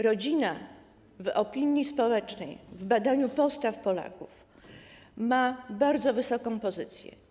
Rodzina w opinii społecznej, w badaniu postaw Polaków ma bardzo wysoką pozycję.